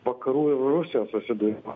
vakarų ir rusijos susidūrimas